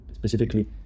specifically